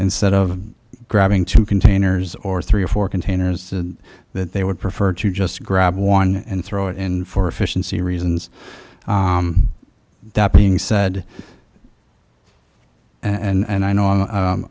instead of grabbing two containers or three or four containers that they would prefer to just grab one and throw it in for efficiency reasons that being said and i know